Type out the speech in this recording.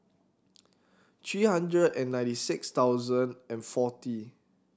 three hundred and ninety six thousand and forty